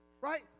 Right